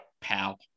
pal